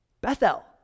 Bethel